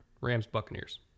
Rams-Buccaneers